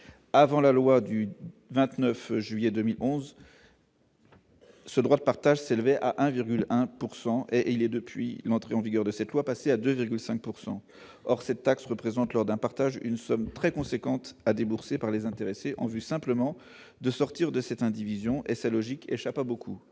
avant la loi du 29 juillet 2011. Ce droit de partage s'est levé à 1,1 pourcent et il est depuis l'entrée en vigueur de cette loi passée à 2 5 pourcent or cette taxe représente lors d'un partage, une somme très conséquente a déboursé par les intéressés en vue simplement de sortir de cette indivision et c'est logique échappe à beaucoup,